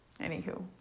anywho